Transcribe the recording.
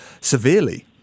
severely